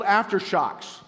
aftershocks